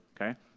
okay